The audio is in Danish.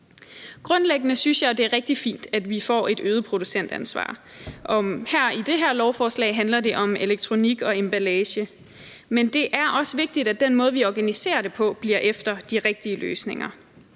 Grundlæggende synes jeg, det er rigtig fint, at vi får et øget producentansvar, og i det her lovforslag handler det om elektronik og emballage, men det er også vigtigt, at den måde, vi organiserer det på, bliver efter de rigtige løsninger.